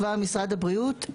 אנחנו מתחילים דיון בוועדת הבריאות: